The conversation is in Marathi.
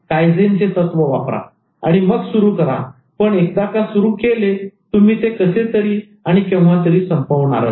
कायझेन वापरा आणि मग सुरू करा पण एकदा का सुरू केले तुम्ही ते कसेतरी आणि केव्हातरी संपणारच